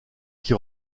qui